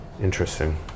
Interesting